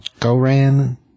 Goran